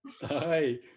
Hi